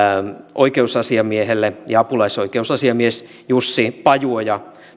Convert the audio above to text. oikeusasiamiehelle apulaisoikeusasiamies jussi pajuoja